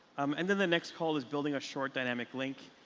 um and then the next call is building a short dynamic link.